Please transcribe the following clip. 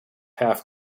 half